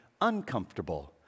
uncomfortable